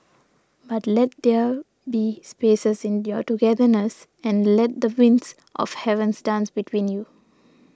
but let there be spaces in your togetherness and let the winds of heavens dance between you